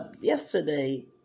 Yesterday